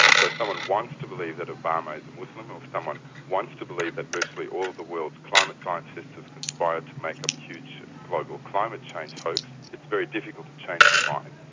so if someone wants to believe that obama is a muslim or if someone wants to believe that virtually all of the world's climate scientists have conspired to make up a huge global climate change hoax, it's very difficult to change their minds,